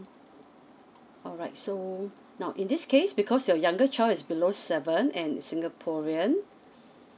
alright so now in this case because you're younger child is below seven and singaporean